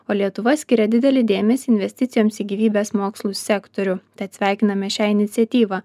o lietuva skiria didelį dėmesį investicijoms į gyvybės mokslų sektorių tad sveikiname šią iniciatyvą